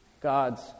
God's